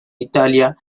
italia